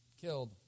killed